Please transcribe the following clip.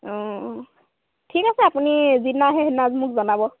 অঁ অঁ ঠিক আছে আপুনি যিদিনা আহে সেইদিনা মোক জনাব